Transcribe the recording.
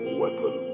weapon